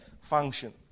function